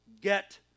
Get